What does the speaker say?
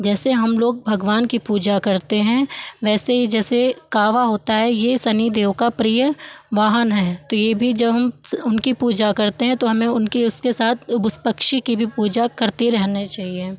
जैसे हमलोग भगवान की पूजा करते हैं वैसे ही जैसे कावा होता है यह शनिदेव का प्रिय वाहन है तो यह भी जब हम उनकी पूजा करते हैं तो हमें उनकी उसके साथ अब उस पक्षी की भी पूजा करती रहनी चाहिए